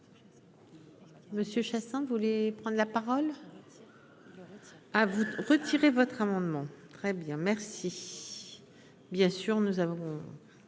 Monsieur Chassaing, vous voulez prendre la parole à vous retirer votre amendement très bien merci,